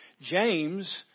James